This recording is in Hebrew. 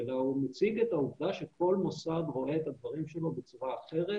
אלא הוא מציג את העובדה שכל מוסד רואה את הדברים שלו בצורה אחרת